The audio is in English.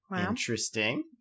Interesting